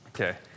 Okay